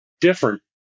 different